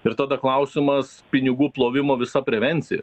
ir tada klausimas pinigų plovimo visa prevencija